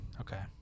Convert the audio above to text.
Okay